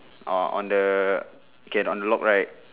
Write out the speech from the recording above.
oh on the okay on the lock right